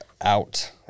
out